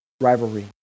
rivalry